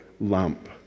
lamp